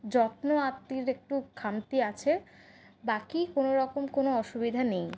যত্নআত্তির একটু খামতি আছে বাকি কোনোরকম কোন অসুবিধা নেই